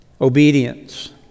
obedience